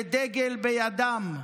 ודגל בידם,